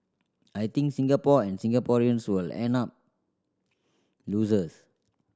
I think Singapore and Singaporeans will end up losers